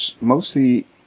mostly